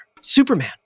Superman